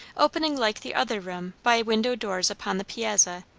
opening like the other room by window-doors upon the piazza,